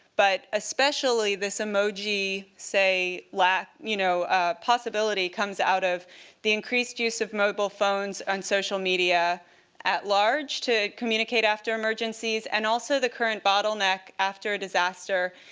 but especially this emoji, say, you know ah possibility comes out of the increased use of mobile phones on social media at large to communicate after emergencies, and also the current bottleneck, after a disaster,